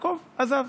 ויעקב עזב.